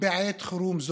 בעת חירום זו.